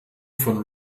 von